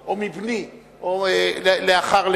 או מבני לאחר לכתי,